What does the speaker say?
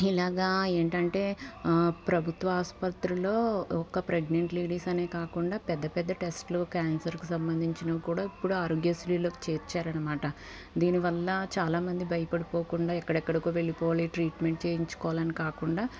ఇలాగా ఏంటంటే ప్రభుత్వ ఆసుపత్రిలో ఒక ప్రెగ్నెంట్ లేడీస్ అనే కాకుండా పెద్దపెద్ద టెస్ట్లు క్యాన్సర్కి సంబంధించినవి కూడా ఇప్పుడు ఆరోగ్యశ్రీలోకి చేర్చారన్నమాట దీనివల్ల చాలామంది భయపడిపోకుండా ఎక్కడెక్కడికో వెళ్లిపోవాలి ట్రీట్మెంట్ చేయించుకోవాలని కాకుండా